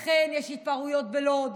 לכן יש התפרעויות בלוד,